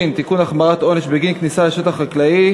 לטובת הפרוטוקול,